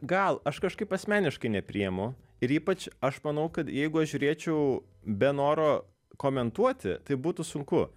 gal aš kažkaip asmeniškai nepriimu ir ypač aš manau kad jeigu aš žiūrėčiau be noro komentuoti tai būtų sunku